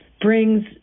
brings